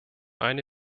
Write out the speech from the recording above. eine